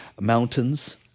mountains